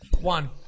One